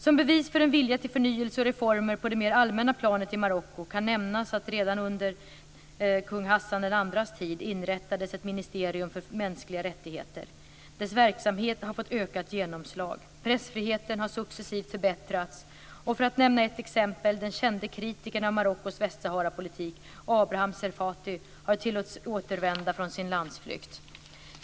Som bevis för en vilja till förnyelse och reformer på det mer allmänna planet i Marocko kan nämnas att det redan under kung Hassan II:s tid inrättades ett ministerium för mänskliga rättigheter. Dess verksamhet har fått ökat genomslag. Pressfriheten har successivt förbättrats och, för att nämna ett exempel, den kände kritikern av Marockos Västsaharapolitik, Abraham Serfaty, har tillåtits återvända från sin landsflykt.